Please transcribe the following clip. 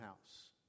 house